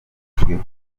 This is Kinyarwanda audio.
zigezweho